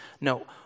No